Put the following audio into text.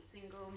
single